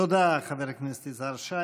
תודה, חבר הכנסת יזהר שי.